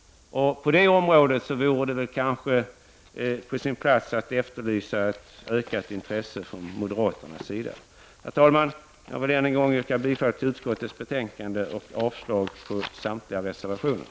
På det området är det kanske på sin plats att efterlysa ett ökat intresse från moderaterna. Herr talman! Jag ber än en gång att få yrka bifall till utskottets hemställan och avslag på samtliga reservationer.